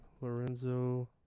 Lorenzo